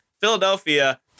Philadelphia